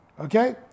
okay